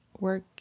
Work